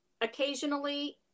occasionally